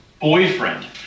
boyfriend